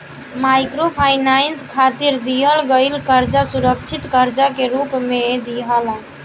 microfinance खातिर दिहल गईल कर्जा असुरक्षित कर्जा के रूप में दियाला